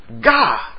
God